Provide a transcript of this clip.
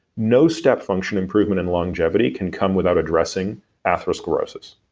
no step function improvement in longevity can come without addressing atherosclerosis.